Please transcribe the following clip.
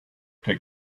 take